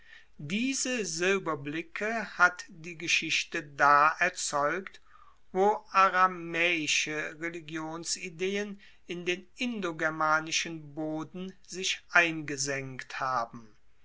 diese silberblicke hat die geschichte da erzeugt wo aramaeische religionsideen in den indogermanischen boden sich eingesenkt haben